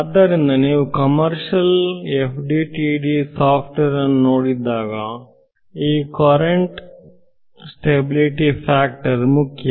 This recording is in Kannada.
ಆದ್ದರಿಂದ ನೀವು ಕಮರ್ಷಿಯಲ್ FDTD ಸಾಫ್ಟ್ವೇರ್ ಅನ್ನು ನೋಡಿದಾಗ ಈ ಕೊರಂಟ್ ಸ್ಟೆಬಿಲಿಟಿ ಫ್ಯಾಕ್ಟರ್ ಮುಖ್ಯ